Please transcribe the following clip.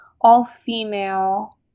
all-female